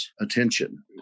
attention